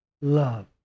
love